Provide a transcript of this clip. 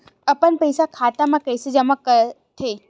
अपन पईसा खाता मा कइसे जमा कर थे?